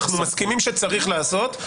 אנחנו מסכימים שצריך לעשות,